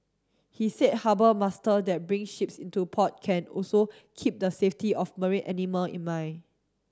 he said harbour master that bring ships into port can also keep the safety of marine animal in mind